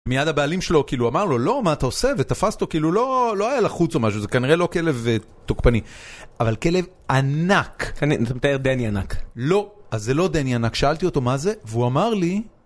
מיד הבעלים שלו כאילו אמר לו לא מה אתה עושה ותפס אותו כאילו לא היה לחוץ או משהו זה כנראה לא כלב תוקפני אבל כלב ענק אתה מתאר דני ענק לא אז זה לא דני ענק שאלתי אותו מה זה והוא אמר לי